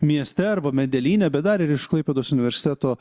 mieste arba medelyne bet dar ir iš klaipėdos universiteto